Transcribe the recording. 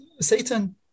Satan